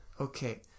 Okay